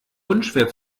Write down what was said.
unschwer